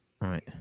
Right